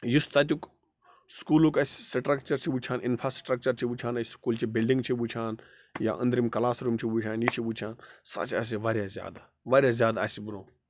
یُس تَتیُک سکوٗلُک اَسہِ سٕٹرٛکچَر چھِ وٕچھان اِنفاسٕٹرٛکچَر چھِ وٕچھان أسۍ سکوٗلچہِ بِلڈِنٛگ چھِ وٕچھان یا أنٛدرِم کَلاس روٗم چھِ وٕچھان یہِ چھِ وٕچھان سۄ چھےٚ اَسہِ واریاہ زیادٕ واریاہ زیادٕ اَسہِ برٛونٛہہ